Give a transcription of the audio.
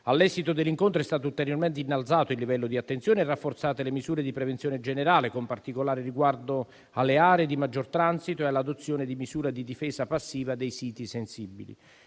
All'esito dell'incontro è stato ulteriormente innalzato il livello di attenzione e rafforzate le misure di prevenzione generale, con particolare riguardo alle aree di maggior transito e all'adozione di misure di difesa passiva dei siti sensibili.